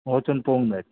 वचून पळोवंक जाय